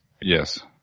Yes